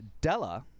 Della